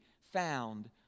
found